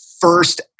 first